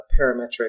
parametric